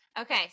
Okay